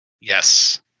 Yes